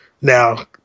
now